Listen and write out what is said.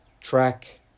track